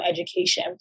education